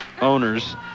owners